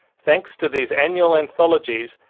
thanks to these annual anthologies,